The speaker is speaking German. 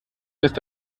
lässt